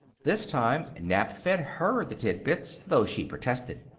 this time nap fed her the tidbits, though she protested.